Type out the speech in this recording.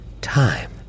time